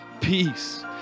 peace